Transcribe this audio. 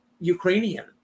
Ukrainian